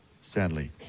sadly